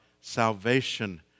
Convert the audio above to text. salvation